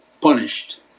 punished